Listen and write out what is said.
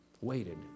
Waited